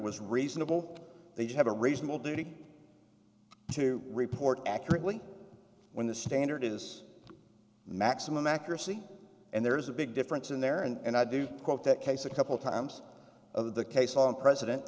was reasonable they'd have a reasonable duty to report accurately when the standard is maximum accuracy and there is a big difference in there and i do quote that case a couple times over the case on president